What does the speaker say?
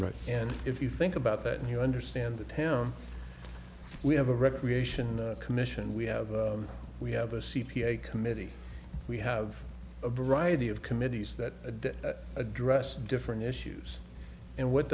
right and if you think about that and you understand the town we have a recreation commission we have we have a c p a committee we have a variety of committees that address different issues and what